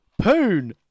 Poon